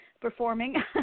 performing